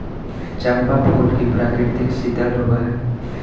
चंपा फूल की प्रकृति शीतल होवअ हई